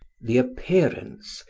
the appearance,